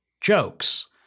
jokes